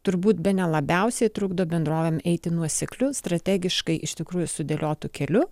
turbūt bene labiausiai trukdo bendrovėm eiti nuoseklių strategiškai iš tikrųjų sudėliotu keliu